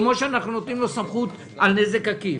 כפי שאנחנו נותנים לו סמכות על נזק עקיף.